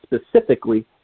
specifically